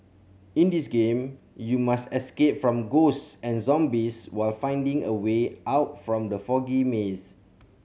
in this game you must escape from ghost and zombies while finding a way out from the foggy maze